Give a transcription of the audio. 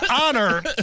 honor